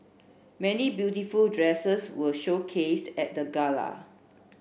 many beautiful dresses were showcased at the gala